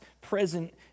present